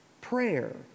prayer